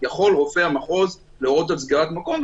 יכול רופא המחוז להורות על סגירת המקום,